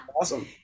awesome